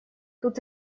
тут